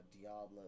Diablo